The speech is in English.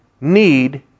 need